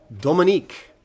Dominique